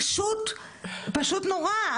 פשוט נורא.